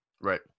Right